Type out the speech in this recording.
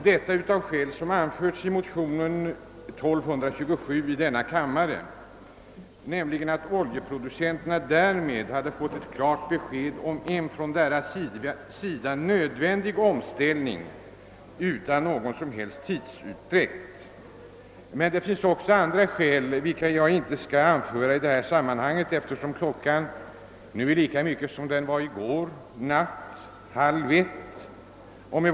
Vissa skäl härför har anförts i motion II: 1227, nämligen att oljeproducenterna därmed skulle ha fått ett klart besked om en från deras sida nödvändig omställning utan någon som helst tidsutdräkt. Det finns också andra skäl, men dem skall jag inte gå in på, eftersom klockan nu är lika mycket som när vi åtskildes i går natt, nämligen snart halv ett. Herr talman!